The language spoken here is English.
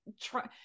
try